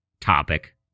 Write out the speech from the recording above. topic